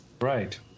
right